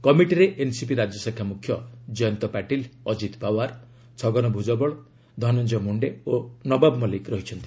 କମିଟିରେ ଏନ୍ସିପି ରାଜ୍ୟଶାଖା ମୁଖ୍ୟ ଜୟନ୍ତ ପାଟିଲ୍ ଅଜିତ୍ ପାୱାର୍ ଛଗନ ଭୂଜବଳ ଧନଞ୍ଜୟ ମୁଣ୍ଡେ ଓ ନବାବ ମଲିକ୍ ରହିଛନ୍ତି